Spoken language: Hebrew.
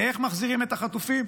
איך מחזירים את החטופים,